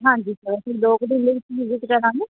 ਹਾਂਜੀ ਸਰ ਅਸੀਂ ਦੋ ਕੁ ਦਿਨ ਦੇ ਵਿੱਚ ਵਿਜਿਟ ਕਰਾਂਗੇ